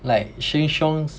like Sheng-Siong's